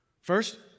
First